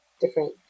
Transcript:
different